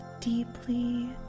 deeply